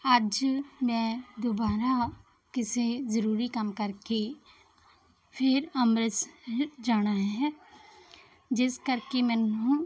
ਅੱਜ ਮੈਂ ਦੁਬਾਰਾ ਕਿਸੇ ਜ਼ਰੂਰੀ ਕੰਮ ਕਰਕੇ ਫੇਰ ਅੰਮ੍ਰਿਤਸਰ ਜਾਣਾ ਹੈ ਜਿਸ ਕਰਕੇ ਮੈਨੂੰ